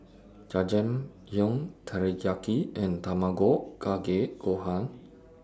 Jajangmyeon Teriyaki and Tamago Kake Gohan